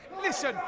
listen